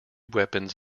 weapons